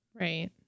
right